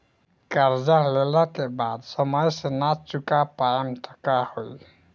कर्जा लेला के बाद समय से ना चुका पाएम त का होई?